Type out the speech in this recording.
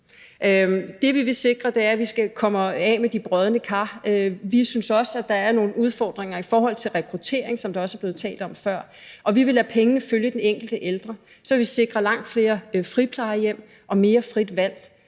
Det, vi vil sikre, er, at vi kommer af med de brodne kar. Vi synes også, at der er nogle udfordringer i forhold til rekruttering, som der er blevet talt om før, og vi vil lade pengene følge den enkelte ældre. Så vil vi sikre langt flere friplejehjem og mere frit valg,